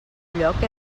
lloc